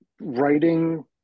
writing